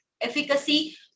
efficacy